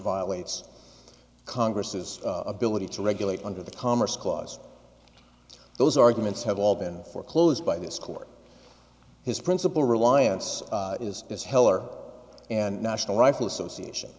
violates congress's ability to regulate under the commerce clause those arguments have all been foreclosed by this court his principal reliance is this heller and national rifle association